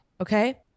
Okay